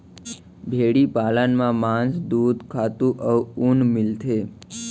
भेड़ी पालन म मांस, दूद, खातू अउ ऊन मिलथे